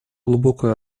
глубокую